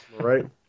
Right